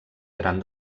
gran